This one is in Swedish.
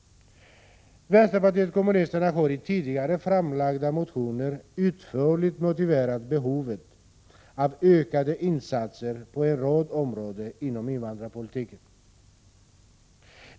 Vänsterpartiet kommunisterna har i tidigare framlagda motioner utförligt motiverat behovet av ökade insatser på en rad områden inom invandrarpolitiken.